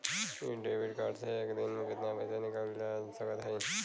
इ debit card से एक दिन मे कितना पैसा निकाल सकत हई?